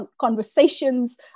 conversations